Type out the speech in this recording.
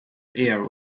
here